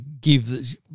give